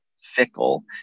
fickle